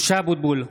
משה אבוטבול,